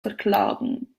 verklagen